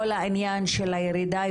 כל העניין של הירידה,